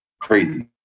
crazy